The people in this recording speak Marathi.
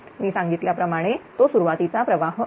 मी सांगितल्याप्रमाणे तो सुरुवातीचा प्रवाह आहे